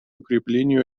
укреплению